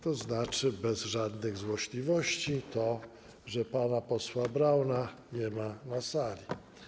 To znaczy, bez żadnych złośliwości, że pana posła Brauna nie ma na sali.